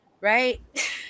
right